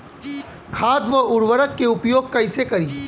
खाद व उर्वरक के उपयोग कईसे करी?